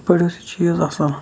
ہُتھ پٲٹھۍ ٲس یہِ چیٖز اَصٕل